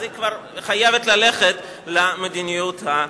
אז היא כבר חייבת על "המדיניות הנכשלת".